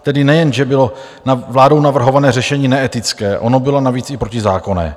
Tedy nejenže bylo vládou navrhované řešení neetické, ono bylo navíc i protizákonné.